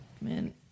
man